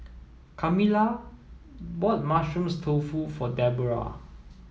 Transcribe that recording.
Camilla bought mushroom tofu for Debora